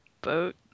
boat